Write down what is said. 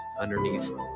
underneath